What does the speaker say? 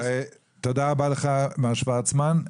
תודה רבה לך, מר שוורצמן.